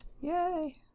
Yay